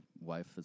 wife